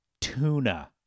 tuna